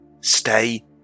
stay